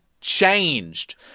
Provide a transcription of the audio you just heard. changed